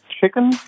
chicken